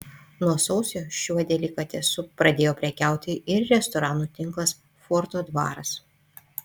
nuo sausio šiuo delikatesu pradėjo prekiauti ir restoranų tinklas forto dvaras